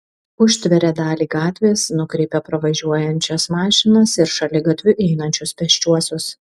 užtveria dalį gatvės nukreipia pravažiuojančias mašinas ir šaligatviu einančius pėsčiuosius